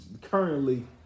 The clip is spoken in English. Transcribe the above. currently